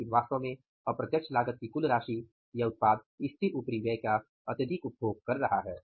लेकिन वास्तव में अप्रत्यक्ष लागत की कुल राशि यह उत्पाद स्थिर उपरिव्यय का अत्यधिक उपभोग कर रहा है